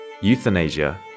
Euthanasia